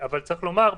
אבל צריך לומר,